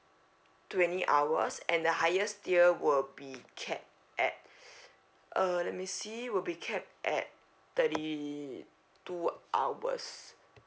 twenty hours and the highest tier will be capped at uh let me see will be capped at thirty two hours